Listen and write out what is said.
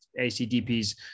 ACDPs